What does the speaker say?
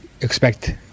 expect